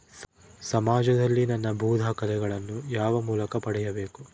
ಸಮಾಜದಲ್ಲಿ ನನ್ನ ಭೂ ದಾಖಲೆಗಳನ್ನು ಯಾವ ಮೂಲಕ ಪಡೆಯಬೇಕು?